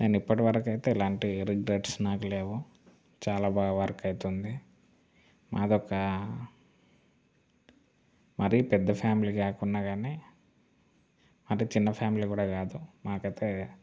నేను ఇప్పటివరకు అయితే ఇలాంటి రిగ్రెట్స్ నాకు లేవు చాలా బాగా వర్క్ అవుతోంది మాదొక్క మరీ పెద్ద ఫ్యామిలీ కాకున్నా కానీ అంటే చిన్న ఫ్యామిలీ కూడా కాదు మాకైతే